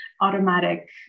automatic